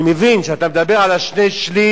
אני מבין, כשאתה מדבר על שני-השלישים,